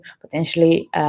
potentially